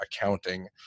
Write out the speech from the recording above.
accounting